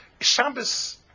Shabbos